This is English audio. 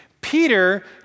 Peter